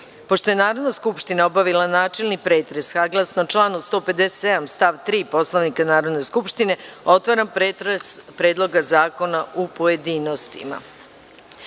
je Narodna skupština obavila načelni pretres, saglasno članu 157. stav 3. Poslovnika Narodne skupštine otvaram pretres Predloga zakona u pojedinostima. Na